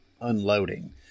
unloading